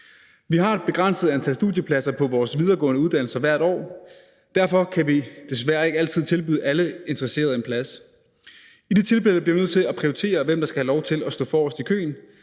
Vi har et begrænset antal studiepladser på vores videregående uddannelser hvert år, og derfor kan vi desværre ikke altid tilbyde alle interesserede en plads. I de tilfælde bliver vi nødt til at prioritere, hvem der skal have lov til at stå forrest i køen,